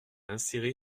insérer